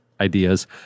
ideas